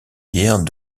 pierres